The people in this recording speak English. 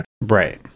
right